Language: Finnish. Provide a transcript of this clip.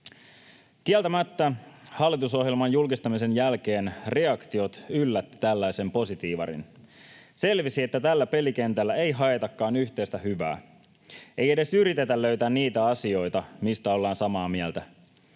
Kieltämättä hallitusohjelman julkistamisen jälkeen reaktiot yllättivät tällaisen positiivarin. Selvisi, että tällä pelikentällä ei haetakaan yhteistä hyvää, ei edes yritetä löytää niitä asioita, mistä ollaan samaa mieltä.